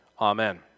Amen